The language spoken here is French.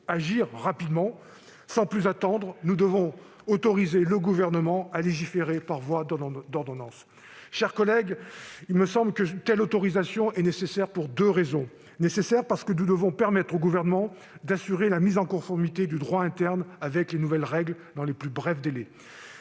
agir rapidement ! Sans plus attendre, nous devons autoriser le Gouvernement à légiférer par voie d'ordonnance. Mes chers collègues, il me semble qu'une telle autorisation est nécessaire, pour deux raisons. Elle est nécessaire parce que nous devons permettre au Gouvernement d'assurer la mise en conformité du droit interne avec les nouvelles règles dans les plus brefs délais.